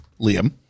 liam